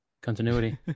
Continuity